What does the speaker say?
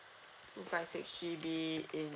five six G_B i~